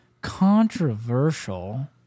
controversial